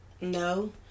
no